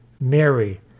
Mary